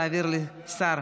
להעביר לשר